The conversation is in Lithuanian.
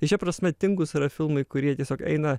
tai šia prasme tingūs yra filmai kurie tiesiog eina